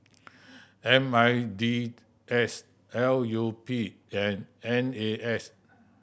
M I N D S L U P and N A S